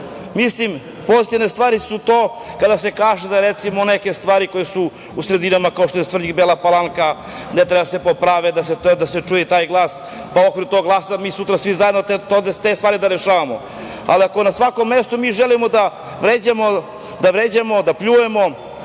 Mislim da su pozitivne stvari to kada se kaže, da recimo, neke stvari koje su u sredinama kao što su Svrljig, Bela Palanka, ne treba da se poprave, treba da se čuje i taj glas, pa u okviru tog glasa mi sutra svi zajedno treba te stvari da rešavamo. Ali, ako na svakom mestu mi želimo da vređamo, da pljujemo